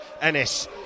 Ennis